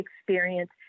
experience